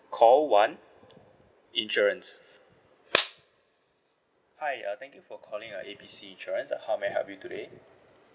call one insurance hi uh thank you for calling our A B C insurance how may I help you today